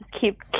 keep